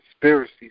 conspiracy